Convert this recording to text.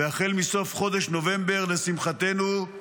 ולשמחתנו, החל מסוף חודש נובמבר זה המצב.